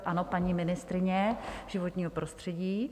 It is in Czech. Ano, paní ministryně životního prostředí.